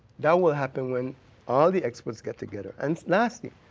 that will happen when all the experts get together. and last thing,